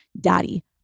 daddy